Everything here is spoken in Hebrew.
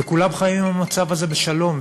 וכולם חיים עם המצב הזה בשלום.